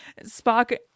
spock